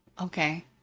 Okay